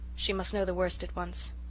she must know the worst at once.